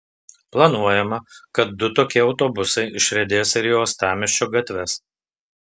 planuojama kad du tokie autobusai išriedės ir į uostamiesčio gatves